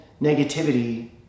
negativity